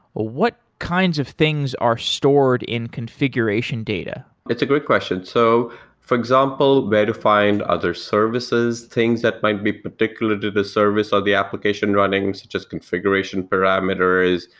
what kinds of things are stored in configuration data? that's a good question. so for example where to find other services, things that might be particular to the service of ah the application running, such as configuration parameters.